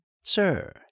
Sir